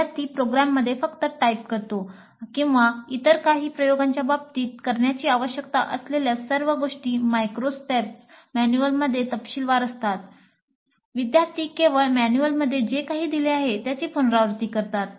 विद्यार्थी केवळ मॅन्युअलमध्ये जे काही दिले आहे त्याची पुनरावृत्ती करतात